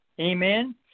Amen